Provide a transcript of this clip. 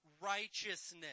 righteousness